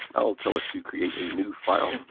i'll tell it to create a new file